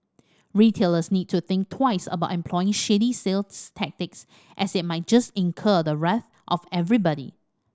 retailers need to think twice about employing shady sales tactics as it might just incur the wrath of everybody